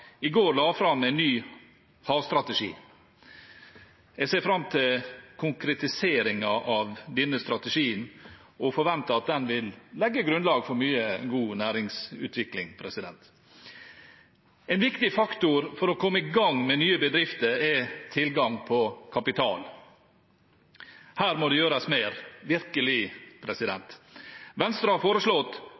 i går la fram en ny havstrategi. Jeg ser fram til konkretiseringen av denne strategien og forventer at den vil legge grunnlag for mye god næringsutvikling. En viktig faktor for å komme i gang med nye bedrifter er tilgang på kapital. Her må det gjøres mer, virkelig. Venstre har foreslått